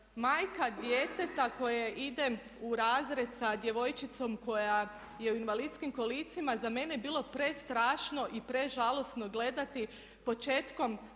majka djeteta koje ide u razred sa djevojčicom koja je u invalidskim kolicima za mene je bilo prestrašno i prežalosno gledati početkom